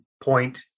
point